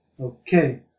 Okay